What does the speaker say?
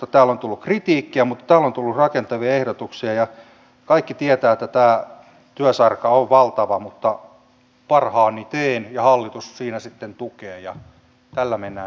täällä on tullut kritiikkiä mutta täällä on tullut rakentavia ehdotuksia ja kaikki tietävät että tämä työsarka on valtava mutta parhaani teen ja hallitus siinä sitten tukee ja tällä mennään eteenpäin